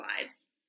lives